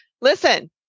listen